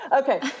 Okay